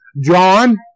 John